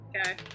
Okay